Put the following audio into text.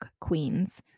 queens